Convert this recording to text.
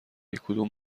کدوم